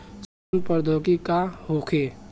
सड़न प्रधौगकी का होखे?